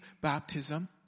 baptism